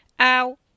Ow